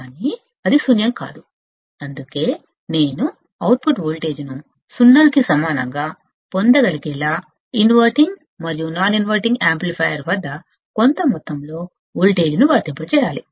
కానీ అది శూన్యం కాదు అందుకే నేను అవుట్పుట్ వోల్టేజ్ను సున్నా కి సమానంగా పొందగలిగేలా ఇన్వర్టింగ్ మరియు నాన్ ఇన్వర్టింగ్ యాంప్లిఫైయర్ వద్ద కొంత మొత్తంలో వోల్టేజ్ను వర్తింపజేయాలి